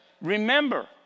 Remember